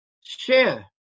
share